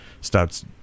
stops